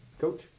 Coach